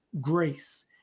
grace